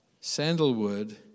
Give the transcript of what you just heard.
Sandalwood